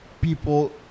people